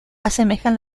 asemejan